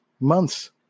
months